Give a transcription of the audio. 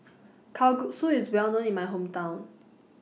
Kalguksu IS Well known in My Hometown